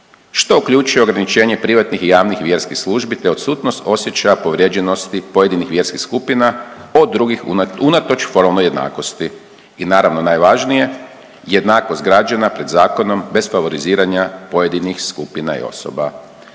što uključuje ograničenje privatnih i javnih vjerskih službi te odsutnost osjećaja povrijeđenosti pojedinih vjerskih skupina od drugih unatoč formama jednakosti. I naravno najvažnije jednakost građana pred zakonom bez favoriziranja pojedinih skupina i osoba.